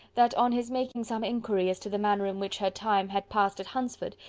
that on his making some inquiry as to the manner in which her time had passed at hunsford,